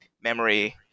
memory